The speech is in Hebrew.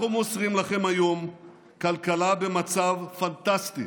אנחנו מוסרים לכם היום כלכלה במצב פנטסטי,